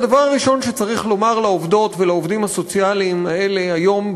הדבר הראשון שצריך לומר לעובדות ולעובדים הסוציאליים האלה היום,